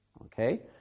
Okay